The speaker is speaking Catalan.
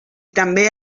també